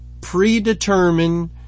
predetermined